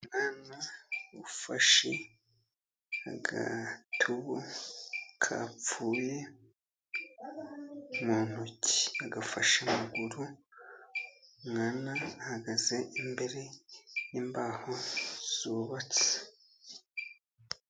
Umwana ufashe agatubu kapfuye mu ntoki. Agafashe amaguru, umwana ahagaze imbere y'imbaho zubatse.